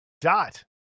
Dot